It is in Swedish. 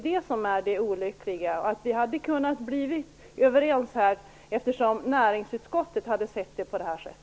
Det är det olyckliga. Vi hade kunnat bli överens, eftersom näringsutskottet hade sett frågan på detta sätt.